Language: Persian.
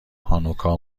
هانوکا